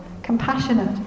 compassionate